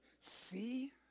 See